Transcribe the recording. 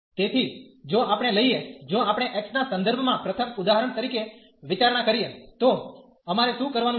તેથી જો આપણે લઈએ જો આપણે x ના સંદર્ભમાં પ્રથમ ઉદાહરણ તરીકે વિચારણા કરીએ તો અમારે શું કરવાનું છે